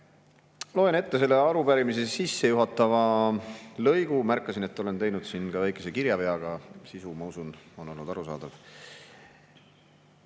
Loen ette selle arupärimise sissejuhatava lõigu. Märkasin, et olen teinud siin ka väikese kirjavea, aga sisu, ma usun, on olnud arusaadav.